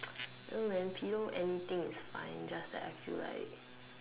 you know when pillow anything is fine just like I feel like